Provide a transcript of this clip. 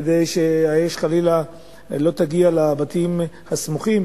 כדי שהאש חלילה לא תגיע לבתים הסמוכים